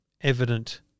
evident